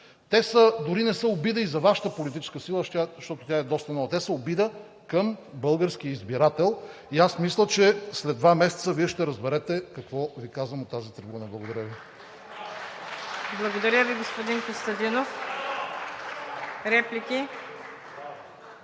те дори не са обида и за Вашата политическа сила, защото тя е доста нова, те са обида към българския избирател. И аз мисля, че след два месеца Вие ще разберете какво Ви казвам от тази трибуна. Благодаря Ви. Ръкопляскания и възгласи: